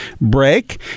break